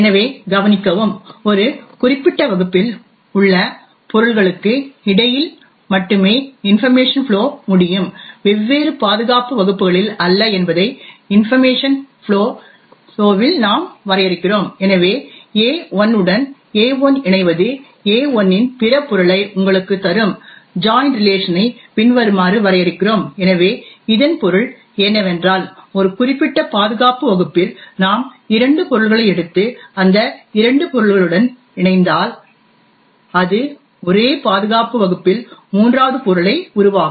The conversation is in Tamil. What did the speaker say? எனவே கவனிக்கவும் ஒரு குறிப்பிட்ட வகுப்பில் உள்ள பொருள்களுக்கு இடையில் மட்டுமே இன்பர்மேஷன் ஃப்ளோ முடியும் வெவ்வேறு பாதுகாப்பு வகுப்புகளில் அல்ல என்பதை இன்பர்மேஷன் ஃப்ளோ இல் நாம் வரையறுக்கிறோம் ஆகவே AI உடன் AI இணைவது AI இன் பிற பொருளை உங்களுக்குத் தரும் ஜாய்ன் ரிலேஷன் ஐ பின்வருமாறு வரையறுக்கிறோம் எனவே இதன் பொருள் என்னவென்றால் ஒரு குறிப்பிட்ட பாதுகாப்பு வகுப்பில் நாம் இரண்டு பொருள்களை எடுத்து இந்த இரண்டு பொருள்களுடன் இணைந்தால் அது ஒரே பாதுகாப்பு வகுப்பில் மூன்றாவது பொருளை உருவாக்கும்